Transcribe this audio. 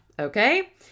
Okay